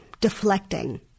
deflecting